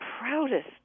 proudest